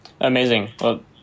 Amazing